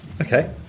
Okay